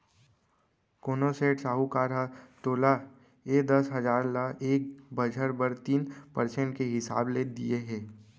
कोनों सेठ, साहूकार ह तोला ए दस हजार ल एक बछर बर तीन परसेंट के हिसाब ले दिये हे?